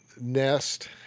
Nest